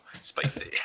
spicy